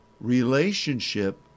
relationship